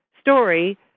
story